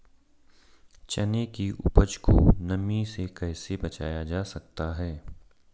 चने की उपज को नमी से कैसे बचाया जा सकता है?